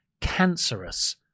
cancerous